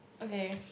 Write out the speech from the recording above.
okay